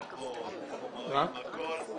מי